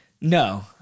No